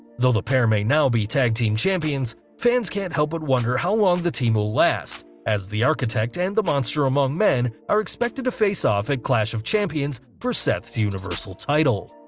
though the pair may now be tag team champions, fans can't help but wonder how long the team will last, as the architect and the monster among men are expected to face off at clash of champions for seth's universal title.